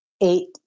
eight